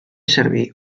servir